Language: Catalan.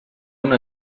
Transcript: una